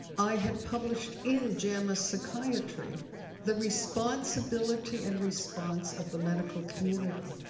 i had published in jama psychiatry the responsibility and response of the medical community.